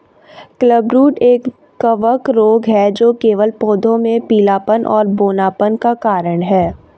clubroot एक कवक रोग है जो केवल पौधों में पीलापन और बौनापन का कारण है